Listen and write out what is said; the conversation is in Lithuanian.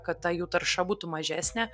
kad ta jų tarša būtų mažesnė